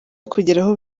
kugeraho